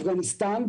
אפגניסטן,